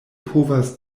povas